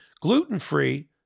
gluten-free